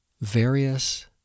various